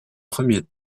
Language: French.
premiers